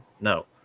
No